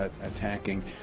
attacking